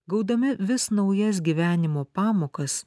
gaudami vis naujas gyvenimo pamokas